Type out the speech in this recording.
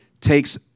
takes